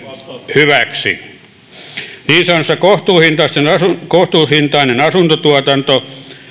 hyväksi niin sanottu kohtuuhintainen asuntotuotanto